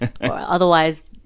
Otherwise